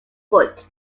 foot